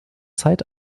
zeit